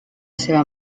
seva